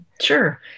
Sure